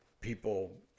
people